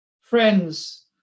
Friends